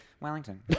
Wellington